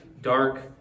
dark